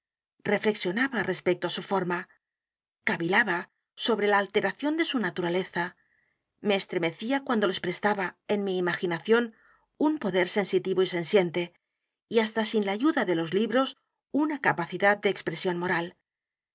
reflexionaba respecto á su forma cavilaba sobre la alteración de su naturaleza me estremecía cuando les prestaba en mi imaginación u n poder sensitivo y sensiente y h a s t a sin la ayuda de los libros una capacidad de expresión moral